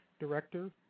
director